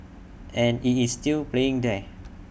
and IT is still playing there